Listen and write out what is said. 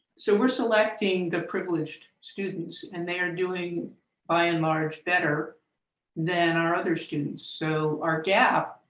so we're selecting the privileged students and they are doing by and large better than our other students, so our gap,